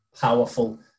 powerful